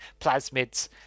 plasmids